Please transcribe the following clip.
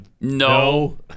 no